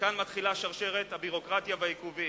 וכאן מתחילה שרשרת הביורוקרטיה והעיכובים.